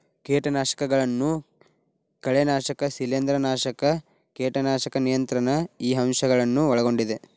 ಕೇಟನಾಶಕಗಳನ್ನು ಕಳೆನಾಶಕ ಶಿಲೇಂಧ್ರನಾಶಕ ಕೇಟನಾಶಕ ನಿಯಂತ್ರಣ ಈ ಅಂಶ ಗಳನ್ನು ಒಳಗೊಂಡಿದೆ